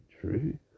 true